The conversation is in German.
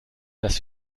dass